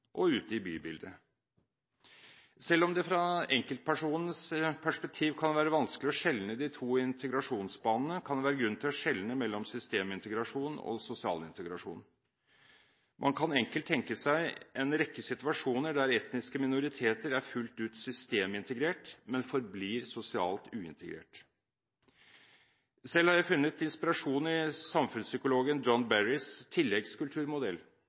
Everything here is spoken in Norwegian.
og ute i bybildet. Selv om det fra enkeltpersoners perspektiv kan være vanskelig å skjelne de to integrasjonsbanene, kan det være grunn til å skjelne mellom systemintegrasjon og sosial integrasjon. Man kan enkelt tenke seg en rekke situasjoner der etniske minoriteter er fullt ut systemintegrert, men forblir sosialt ikke integrert. Selv har jeg funnet inspirasjon i samfunnspsykolog John Berrys tilleggskulturmodell.